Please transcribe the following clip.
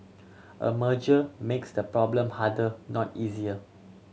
a merger makes the problem harder not easier